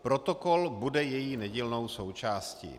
Protokol bude její nedílnou součástí.